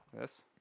Yes